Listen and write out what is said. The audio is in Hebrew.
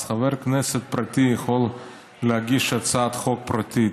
חבר כנסת פרטי יכול להגיש הצעת חוק פרטית.